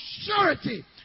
surety